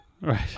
right